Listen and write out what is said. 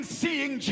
seeing